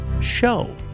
Show